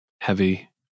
heavy